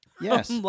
Yes